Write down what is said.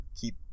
keep